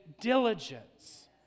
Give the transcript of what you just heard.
diligence